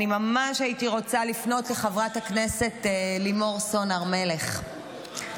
ממש הייתי רוצה לפנות לחברת הכנסת לימור סון הר מלך,